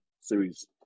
series